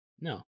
No